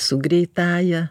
su greitąja